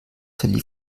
verlief